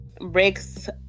Breaks